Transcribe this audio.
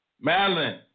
Madeline